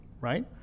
right